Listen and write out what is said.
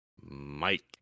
Mike